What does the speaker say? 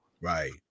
Right